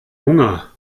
hunger